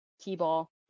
t-ball